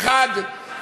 אחד ימנה השר לשירותי דת,